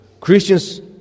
Christians